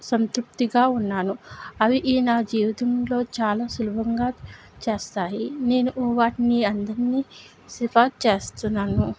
సంతృప్తిగా ఉన్నాను అవి ఈ నా జీవితంలో చాలా సులభంగా చేస్తాయి నేను వాటిని అందర్నీ సిఫాక్ చేస్తున్నాను